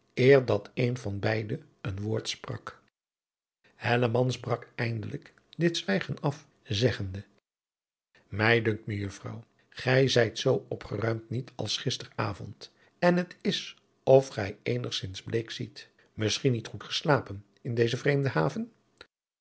dat een van beide een woord sprak hellemans brak eindelijk dit zwijgen af zeggende mij dunkt mejuffrouw gij zijt zoo opgeruimd niet als gister avond en het is of gij eenigzins bleek ziet misschien niet goed geslapen in deze vreemde haven